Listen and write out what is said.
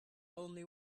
only